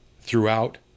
throughout